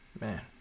Man